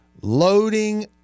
loading